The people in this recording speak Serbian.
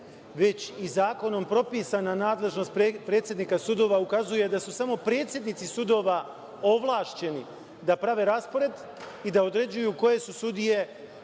već i zakonom propisana nadležnost predsednika sudova ukazuje da su samo predsednici sudova ovlašćeni da prave raspored i da određuju koje su sudije